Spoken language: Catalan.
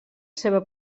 seva